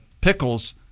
pickles